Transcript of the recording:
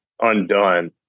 undone